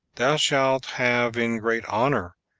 thou shalt have in great honor,